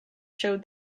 showed